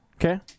Okay